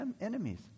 enemies